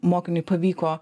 mokiniui pavyko